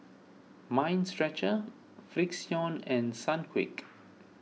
Mind Stretcher Frixion and Sunquick